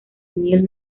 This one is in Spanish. neal